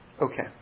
Okay